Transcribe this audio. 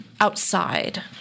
outside